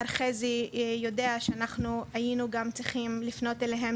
מר חזי יודע שהיינו צריכים לפנות אליהם